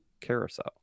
carousel